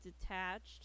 detached